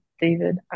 David